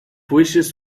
wishes